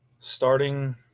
Starting